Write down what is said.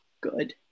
good